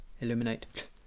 illuminate